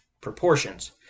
proportions